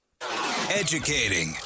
Educating